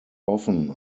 often